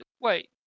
Wait